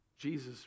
Jesus